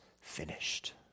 finished